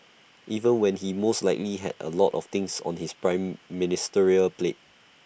even when he most likely had A lot of things on his prime ministerial plate